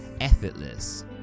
Effortless